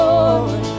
Lord